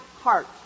heart